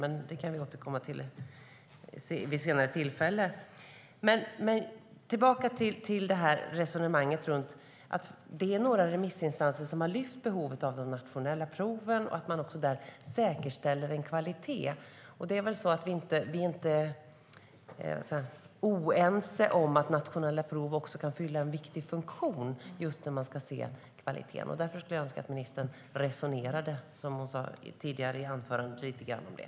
Men det kan vi återkomma till vid senare tillfälle. Jag kommer tillbaka till att det är några remissinstanser som har lyft behovet av de nationella proven och att man där säkerställer en kvalitet. Vi är inte oense om att nationella prov kan fylla en viktig funktion när man ska se till kvaliteten. Jag skulle önska att ministern resonerade lite grann om det, som hon sa tidigare i anförandet.